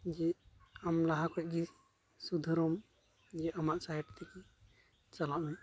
ᱡᱮ ᱟᱢ ᱞᱟᱦᱟ ᱠᱷᱚᱱᱜᱮ ᱥᱩᱫᱷᱟᱹᱨᱚᱢ ᱡᱮ ᱟᱢᱟᱜ ᱥᱟᱭᱮᱰ ᱛᱮᱜᱮ ᱪᱟᱞᱟᱜ ᱢᱮ